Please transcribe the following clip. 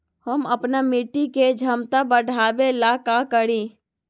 हम अपना मिट्टी के झमता बढ़ाबे ला का करी?